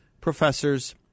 professors